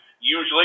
usually